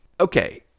okay